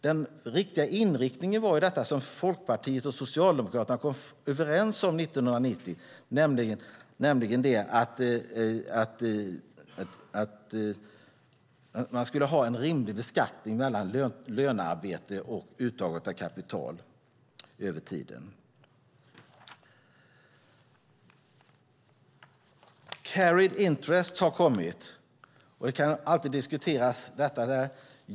Den riktiga inriktningen var det Folkpartiet och Socialdemokraterna kom överens om 1990, nämligen att man skulle ha en rimlig beskattning mellan lönearbete och uttaget av kapital över tiden. Carried interest har kommit. Det kan alltid diskuteras.